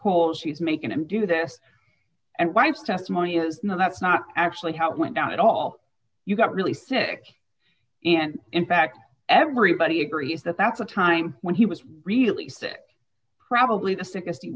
coals she's making him do this and why is testimony is no that's not actually how it went down at all you got really sick and in fact everybody agrees that that's a time when he was really sick probably the sickest he